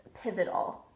pivotal